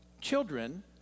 children